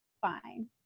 fine